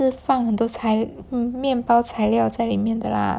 是放很多材面包材料在里面的啦